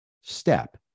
step